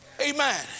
Amen